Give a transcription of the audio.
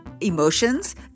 emotions